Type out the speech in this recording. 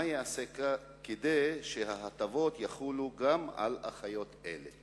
מה ייעשה כדי שההטבות יחולו גם על אחיות אלה?